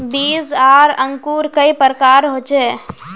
बीज आर अंकूर कई प्रकार होचे?